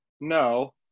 no